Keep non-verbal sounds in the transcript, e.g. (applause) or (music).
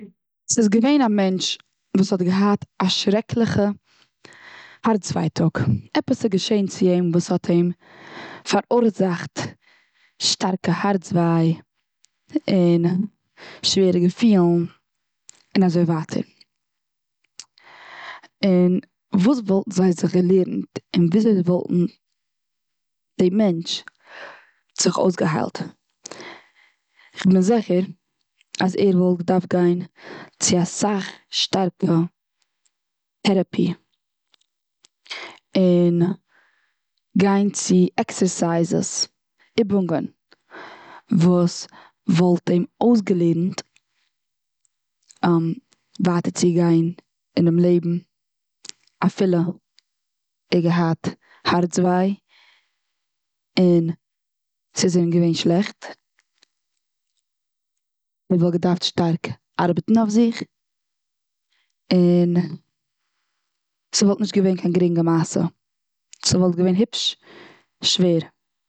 ס'איז געווען א מענטש וואס האט געהאט א שרעקליכע הארץ ווייטאג. עפעס איז געשען צו אים וואס האט אים פאראורזאכט שטארקע הארץ וויי. און שווערע געפילן. און אזוי ווייטער. און וואס וואלטן זיי זיך געלערנט? און וואס וואלטן, די מענטש זיך אויס געהיילט. כ'בין זיכער אז ער וואלט געדארפט גיין צו אסאך שטארקע טעראפי. און גיין צו עקסערסייזעס, איבונגען. וואס וואלט אים אויס געלערנט (hesitation) ווייטער צו גיין אינעם לעבן. אפילו ער האט געהאט הארץ וויי, און ס'איז אים געווען שלעכט. ער וואלט געדארפט שטארק ארבעטן אויף זיך. און ס'וואלט נישט געווען קיין גרינגע מעשה. ס'וואלט געווען היבש שווער.